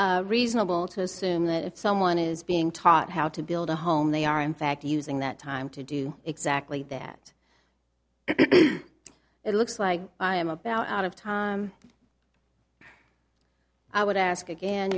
be reasonable to assume that if someone is being taught how to build a home they are in fact using that time to do exactly that it looks like i am about out of time i would ask again